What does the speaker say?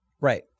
Right